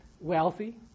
wealthy